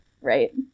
Right